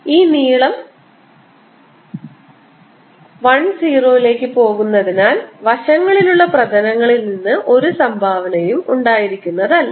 ഈ നീളം l 0 ലേക്ക് പോകുന്നതിനാൽ വശങ്ങളിലുള്ള പ്രതലങ്ങളിൽ നിന്ന് ഒരു സംഭാവനയും ഉണ്ടായിരിക്കുന്നതല്ല